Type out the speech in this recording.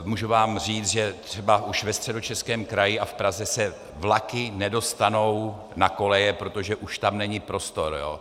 Můžu vám říct, že třeba už ve Středočeském kraji a v Praze se vlaky nedostanou na koleje, protože už tam není prostor.